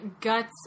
Guts